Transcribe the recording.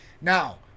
Now